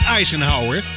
Eisenhower